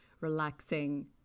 relaxing